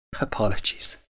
Apologies